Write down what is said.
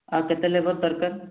ଆଉ କେତେ ଲେବର୍ ଦରକାର